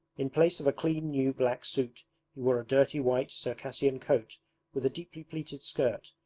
in place of a clean new black suit he wore a dirty white circassian coat with a deeply pleated skirt,